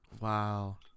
wow